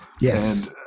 Yes